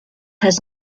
has